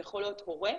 זה יכול להיות הורה,